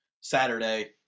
saturday